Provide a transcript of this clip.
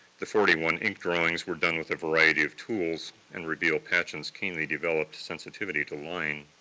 the forty one ink drawings were done with a variety of tools, and reveal patchen's keenly developed sensitivity to line.